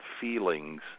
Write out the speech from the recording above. feelings